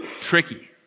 tricky